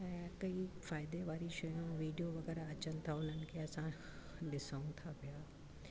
ऐं कई फ़ाइदे वारियूं शयूं वीडियो वग़ैरह अचनि था उन्हनि खे असां ॾिसूं था पिया